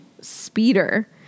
Speeder